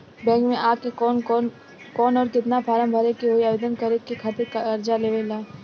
Bank मे आ के कौन और केतना फारम भरे के होयी आवेदन करे के खातिर कर्जा लेवे ला?